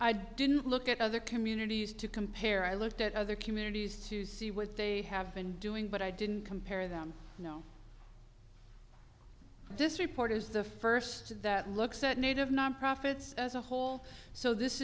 i didn't look at other communities to compare i looked at other communities to see what they have been doing but i didn't compare them no this report is the first that looks at native nonprofits as a whole so this